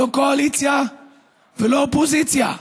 לא קואליציה ולא אופוזיציה.